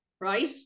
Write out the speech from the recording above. right